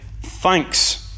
thanks